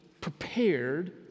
prepared